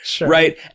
Right